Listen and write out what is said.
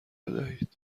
بدهید